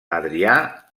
adrià